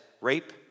rape